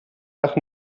nach